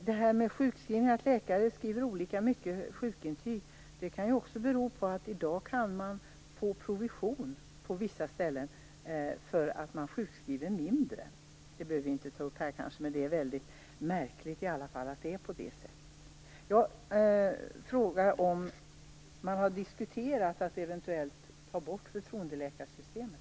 Det där med att läkare skriver olika mycket sjukintyg kan också bero på att man i dag på vissa ställen kan få provision för att man sjukskriver mindre. Det behöver vi kanske inte ta upp här, men det är i alla fall väldigt märkligt att det är på det sättet.